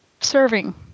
serving